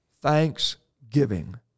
thanksgiving